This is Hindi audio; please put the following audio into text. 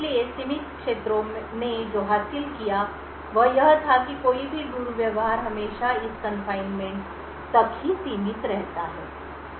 इसलिए सीमित क्षेत्रों ने जो हासिल किया वह यह था कि कोई भी दुर्व्यवहार हमेशा इस कन्फाइनमेंट तक ही सीमित रहता है